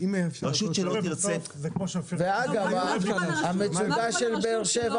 רשות שלא רוצה לגבות תשלום